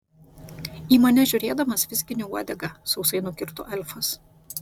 į mane žiūrėdamas vizgini uodegą sausai nukirto elfas